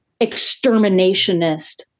exterminationist